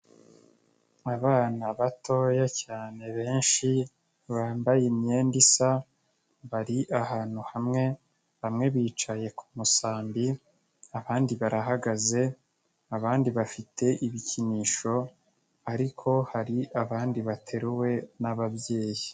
Abana batoya cyane benshi bambaye imyenda isa, bari ahantu hamwe bamwe bicaye ku musambi abandi barahagaze, abandi bafite ibikinisho ariko hari abandi bateruwe n'ababyeyi.